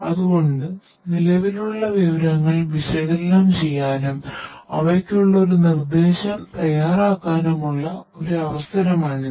അതുകൊണ്ട് നിലവിലുള്ള വിവരങ്ങൾ വിശകലനം ചെയ്യാനും അവയ്ക്കുള്ള ഒരു നിർദേശം തയ്യാറാക്കാനുമുള്ള അവസരമാണിത്